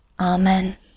Amen